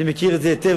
אני מכיר את זה היטב,